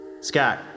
Scott